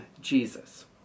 Jesus